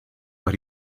but